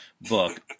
book